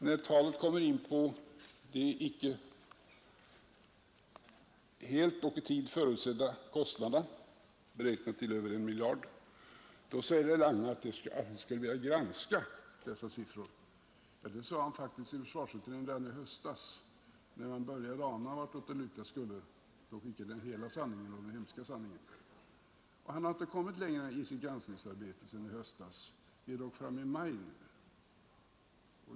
När talet kommer in på de inte helt och i tid förutsedda kostnaderna, beräknade till över I miljard kronor, säger herr Lange att han skulle vilja granska dessa siffror. Det sade han faktiskt i försvarsutredningen redan i höstas, när man började ana åt vilket håll det skulle luta men inte förstod hela den hemska sanningen. Han har inte kommit längre i sitt granskningsarbete sedan i höstas, och vi är dock framme i maj nu.